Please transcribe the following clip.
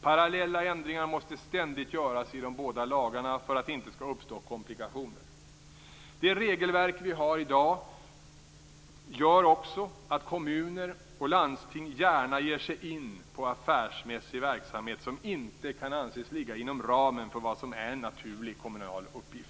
Parallella ändringar måste ständigt göras i de båda lagarna för att det inte skall uppstå komplikationer. Det regelverk vi har i dag gör också att kommuner och landsting gärna ger sig in på affärsmässig verksamhet som inte kan anses ligga inom ramen för vad som är en naturlig kommunal uppgift.